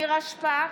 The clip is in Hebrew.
נירה שפק,